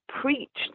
preached